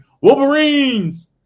Wolverines